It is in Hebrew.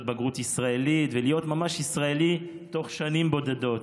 בגרות ישראלית ולהיות ממש ישראלי תוך שנים בודדות.